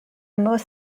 most